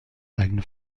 eigene